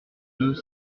deux